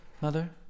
Mother